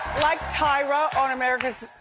like tyra on america's,